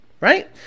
right